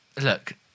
look